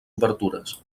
obertures